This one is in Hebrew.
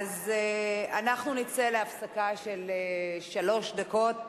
אז אנחנו נצא להפסקה של שלוש דקות,